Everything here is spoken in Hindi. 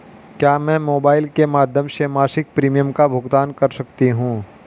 क्या मैं मोबाइल के माध्यम से मासिक प्रिमियम का भुगतान कर सकती हूँ?